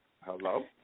Hello